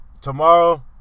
Tomorrow